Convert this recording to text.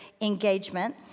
engagement